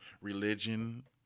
Religion